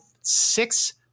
six